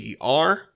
dr